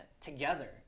together